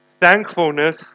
thankfulness